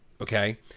Okay